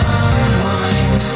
unwind